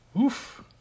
Oof